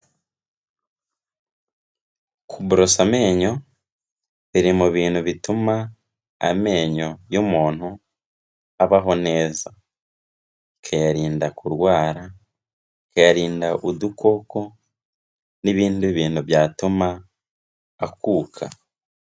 Kuburosa amenyo biri mu bintu bituma amenyo y'umuntu abaho neza, bikayarinda kurwara, bikayarinda udukoko n'ibindi bintu byatuma akuka.